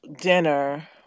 dinner